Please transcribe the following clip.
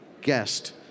guest